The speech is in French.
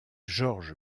george